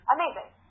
Amazing